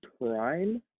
Prime